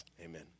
amen